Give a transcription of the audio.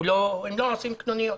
הם לא עושים קנוניות.